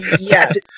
yes